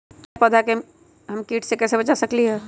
हमर तैयार पौधा के हम किट से कैसे बचा सकलि ह?